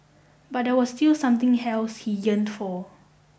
but there was still something else he yearned for